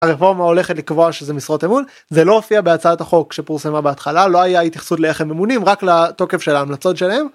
הרפורמה הולכת לקבוע שזה משרות אמון, זה לא הופיע בהצעת החוק שפורסמה בהתחלה, לא היה התייחסות לאיך הם ממונים, רק לתוקף של ההמלצות שלהם.